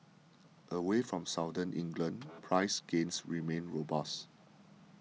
away from Southern England price gains remain robust